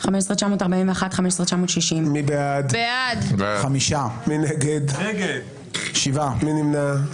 15,321 עד 15,340. אם יש תפילה --- חברת הכנסת נעמה לזימי,